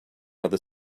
other